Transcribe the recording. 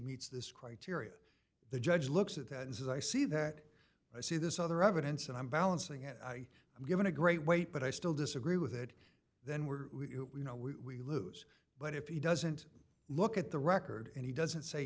meets this criteria the judge looks at that and says i see that i see this other evidence and i'm balancing it i am given a great weight but i still disagree with it then we're you know we lose but if he doesn't look at the record and he doesn't say